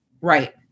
Right